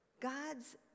God's